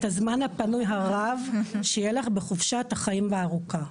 הזמן הפנוי הרב שיהיה לך בחופשת החיים הארוכה.